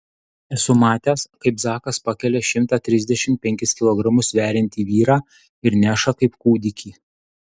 esu matęs kaip zakas pakelia šimtą trisdešimt penkis kilogramus sveriantį vyrą ir neša kaip kūdikį